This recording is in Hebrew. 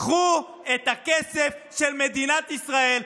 קחו את הכסף של מדינת ישראל,